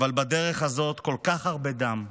אבל בדרך הזאת כל כך הרבה דם,